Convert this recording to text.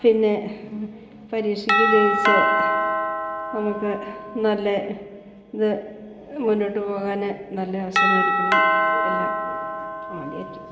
പിന്നെ പരീക്ഷക്ക് ജയിച്ച് നമുക്ക് നല്ല ഇതു മുന്നോട്ടു പോകാൻ നല്ല അവസരം ഒരുക്കണം എല്ലാം ആ മതിയായിരിക്കും